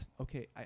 okay